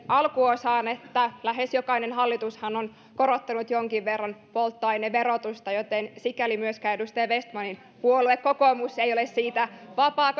alkuosaan että lähes jokainen hallitushan on korottanut jonkin verran polttoaineverotusta joten sikäli myöskään edustaja vestmanin puolue kokoomus ei ole siitä vapaa